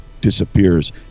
disappears